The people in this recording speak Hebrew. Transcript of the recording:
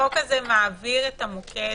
החוק הזה מעביר את המוקד